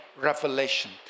revelation